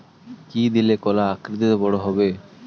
কি দিলে কলা আকৃতিতে বড় হবে?